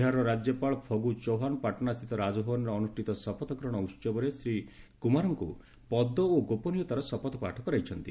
ବିହାରର ରାଜ୍ୟପାଳ ଫଗୁ ଚୌହ୍ପାନ ପାଟନା ସ୍ଥିତ ରାଜଭବନରେ ଅନୁଷ୍ଠିତ ଏହି ଶପଥଗ୍ରହଣ ଉତ୍ସବରେ ଶ୍ରୀ କୁମାରଙ୍କୁ ପଦ ଓ ଗୋପନୀୟତାର ଶପଥପାଠ କରାଇଛନ୍ତି